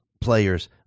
players